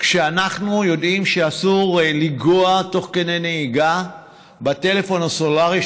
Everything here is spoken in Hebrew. שאנחנו יודעים שאסור לנגוע תוך כדי נהיגה בטלפון הסלולרי,